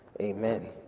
amen